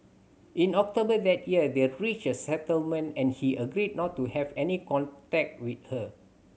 in October that year they reached a settlement and he agreed not to have any contact with her